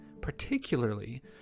particularly